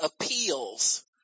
appeals